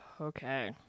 Okay